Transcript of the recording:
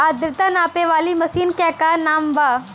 आद्रता नापे वाली मशीन क का नाव बा?